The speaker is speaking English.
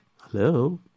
Hello